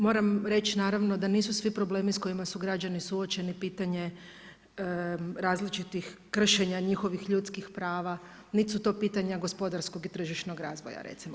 Moram reći naravno da nisu svi problemi sa kojima su građani suočeni pitanje različitih kršenja njihovih ljudskih prava, niti su to pitanja gospodarskog i tržišnog razvoja recimo.